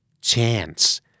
chance